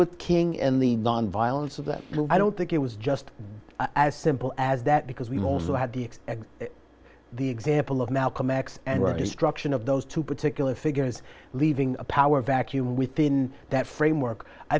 with king and the nonviolence of that i don't think it was just as simple as that because we've also had to fix the example of malcolm x and destruction of those two particular figures leaving a power vacuum within that framework i